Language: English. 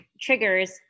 triggers